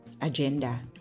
agenda